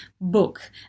book